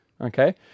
okay